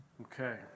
Okay